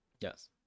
Yes